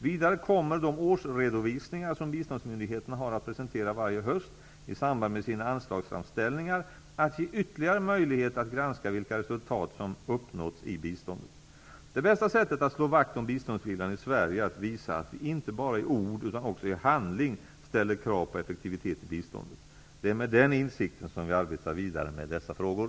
Vidare kommer de årsredovisningar som biståndsmyndigheterna har att presentera varje höst i samband med sina anslagsframställningar att ge ytterligare möjlighet att granska vilka resultat som uppnåtts i biståndet. Det bästa sättet att slå vakt om biståndsviljan i Sverige är att visa att vi inte bara i ord utan också i handling ställer krav på effektivitet i biståndet. Det är med den insikten som vi arbetar vidare med dessa frågor.